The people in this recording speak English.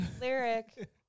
Lyric